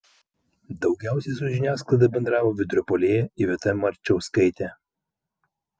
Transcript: daugiausiai su žiniasklaida bendravo vidurio puolėja iveta marčauskaitė